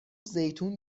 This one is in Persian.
زیتون